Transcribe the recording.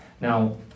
now